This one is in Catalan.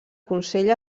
consell